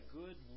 good